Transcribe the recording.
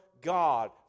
God